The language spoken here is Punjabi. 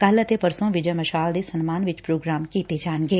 ਕੱਲ ਅਤੇ ਪਰਸੋਂ ਵਿਜੈ ਮਸ਼ਾਲ ਦੇ ਸਨਮਾਨ ਵਿਚ ਪੋਗਰਾਮ ਕੀਤੇ ਜਾਣਗੇ